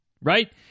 right